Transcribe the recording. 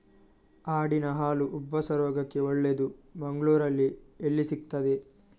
ಆಡಿನ ಹಾಲು ಉಬ್ಬಸ ರೋಗಕ್ಕೆ ಒಳ್ಳೆದು, ಮಂಗಳ್ಳೂರಲ್ಲಿ ಎಲ್ಲಿ ಸಿಕ್ತಾದೆ?